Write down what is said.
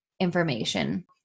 information